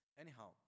Anyhow